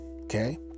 Okay